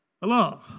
Hello